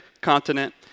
continent